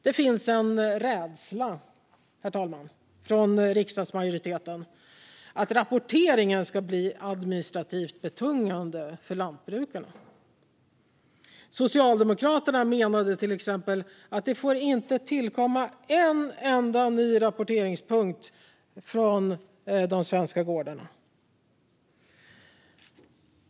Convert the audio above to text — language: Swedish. Det finns en rädsla från riksdagsmajoriteten att rapporteringen ska bli administrativt betungande för lantbrukarna, herr talman. Socialdemokraterna menar till exempel att det inte får tillkomma en enda ny rapporteringspunkt för de svenska gårdarna.